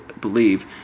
believe